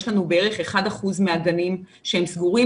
יש לנו בערך 1% מהגנים שהם סגורים,